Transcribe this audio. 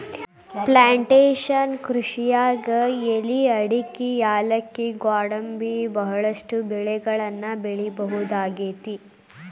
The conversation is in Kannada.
ಪ್ಲಾಂಟೇಷನ್ ಕೃಷಿಯಾಗ್ ಎಲಿ ಅಡಕಿ ಯಾಲಕ್ಕಿ ಗ್ವಾಡಂಬಿ ಬಹಳಷ್ಟು ಬೆಳಿಗಳನ್ನ ಬೆಳಿಬಹುದಾಗೇತಿ